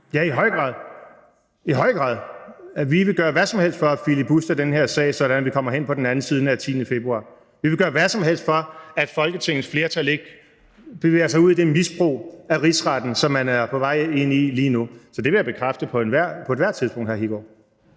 Ja, i høj grad. I høj grad. Vi vil gøre hvad som helst for at filibuste den her sag, sådan at vi kommer hen på den anden side af den 10. februar. Vi vil gøre hvad som helst for, at Folketingets flertal ikke bevæger sig ud i det misbrug af Rigsretten, som man er på vej ud i lige nu. Så det vil jeg bekræfte på ethvert tidspunkt, hr. Kristian